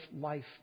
life